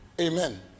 amen